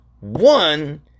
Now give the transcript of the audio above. one